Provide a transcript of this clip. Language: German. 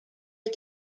ich